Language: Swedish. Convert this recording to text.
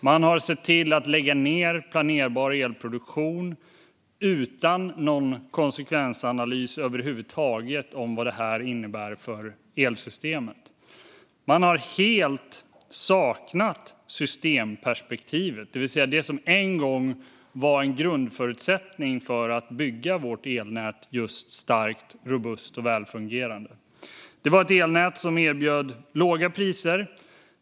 Man har sett till att lägga ned planerbar elproduktion utan någon konsekvensanalys över huvud taget av vad det innebär för elsystemet. Man har helt saknat systemperspektivet, som en gång var en grundförutsättning för att bygga vårt elnät starkt, robust och välfungerande. Det var ett elnät som erbjöd låga priser.